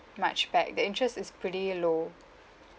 much back the interest is pretty low